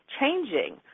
changing